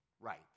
right